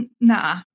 nah